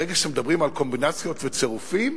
ברגע שמדברים על קומבינציות וצירופים,